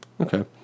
Okay